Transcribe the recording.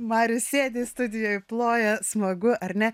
marius sėdi studijoj ploja smagu ar ne